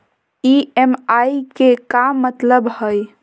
EMI के का मतलब हई?